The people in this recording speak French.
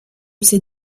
ces